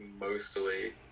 mostly